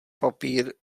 papír